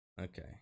Okay